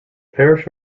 parish